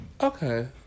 Okay